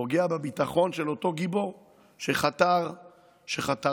פוגע בביטחון של אותו גיבור שחתר למגע.